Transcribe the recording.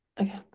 Okay